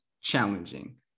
challenging